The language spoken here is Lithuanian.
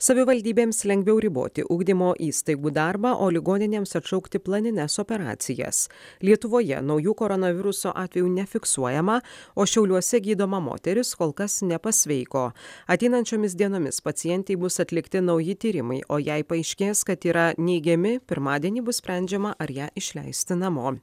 savivaldybėms lengviau riboti ugdymo įstaigų darbą o ligoninėms atšaukti planines operacijas lietuvoje naujų koronaviruso atvejų nefiksuojama o šiauliuose gydoma moteris kol kas nepasveiko ateinančiomis dienomis pacientei bus atlikti nauji tyrimai o jei paaiškės kad yra neigiami pirmadienį bus sprendžiama ar ją išleisti namo